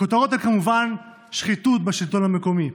הכותרות הן כמובן: שחיתות בשלטון המקומי.